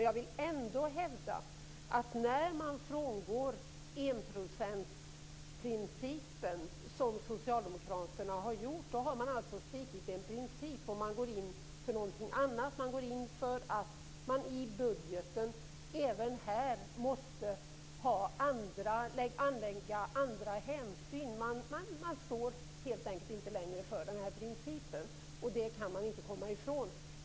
Jag vill ändå hävda att man har svikit en princip när man frångår enprocentsprincipen, som Socialdemokraterna har gjort. Man går in för någonting annat. Man går in för att man i budgeten även måste ta andra hänsyn. Man står helt enkelt inte längre för denna princip. Det kan man inte komma ifrån.